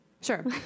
sure